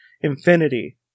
infinity